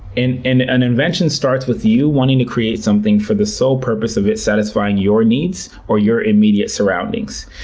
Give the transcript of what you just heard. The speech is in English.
and and an invention starts with you wanting to create something for the sole purpose of it satisfying your needs or your immediate surroundings.